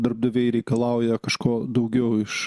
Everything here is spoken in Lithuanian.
darbdaviai reikalauja kažko daugiau iš